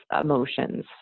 emotions